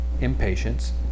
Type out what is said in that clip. impatience